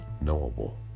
knowable